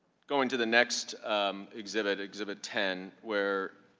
going to the next exhibit, exhibit ten, where,